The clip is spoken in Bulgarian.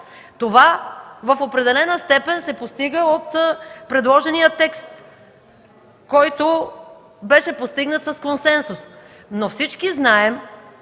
Това в определена степен се постига от предложения текст, който беше постигнат с консенсус. Всички знаем,